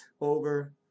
over